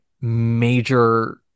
major